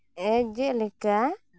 ᱞᱮᱠᱟ